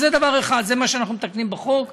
אז זה דבר אחד, זה מה שאנחנו מתקנים בחוק,